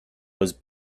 was